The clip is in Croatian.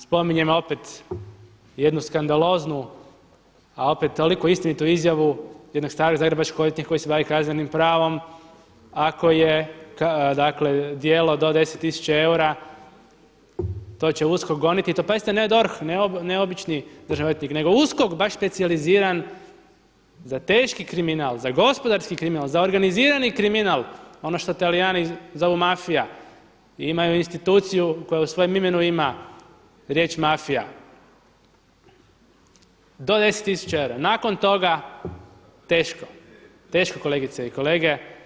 Spominjem opet jednu skandaloznu a opet toliko istinitu izjavu jednog starog zagrebačkog odvjetnika koji se bavi kaznenim pravom ako je dakle djelo do 10 tisuća eura, to će uskoro goniti i to pazite ne DORH, ne obični državni odvjetnik, nego USKOK baš specijaliziran za teški kriminal, za gospodarski kriminal, za organizirani kriminal, ono što Talijani zovu mafija, imaju instituciju koja u svojem imenu ima riječ mafija, do 10 tisuća eura, nakon toga teško, teško kolegice i kolege.